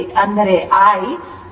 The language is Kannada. ಅಂದರೆ i 5 angle 45 o ಆಗಿರುತ್ತದೆ